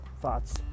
thoughts